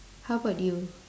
how about you